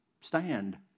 Stand